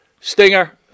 Stinger